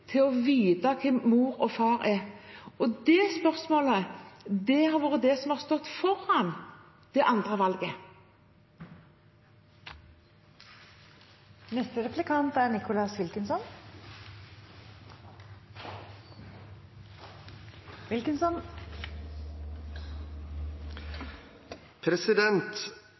på å vite hvem mor og far er. Det spørsmålet har vært det som har stått foran det andre